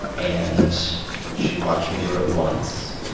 and she watched me do it once.